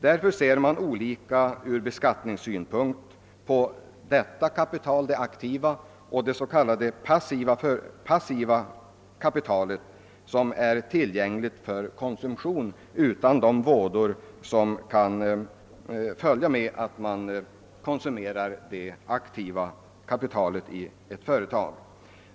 Därför ser man från beskattningssynpunkt på detta kapital på ett annat sätt än på det s.k. passiva kapitalet, som är tillgängligt för konsumtion utan de vådor som kan följa av att det aktiva kapitalet konsumeras i ett företag.